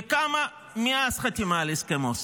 וכמה מאז החתימה על הסכם אוסלו.